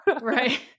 right